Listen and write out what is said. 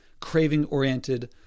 craving-oriented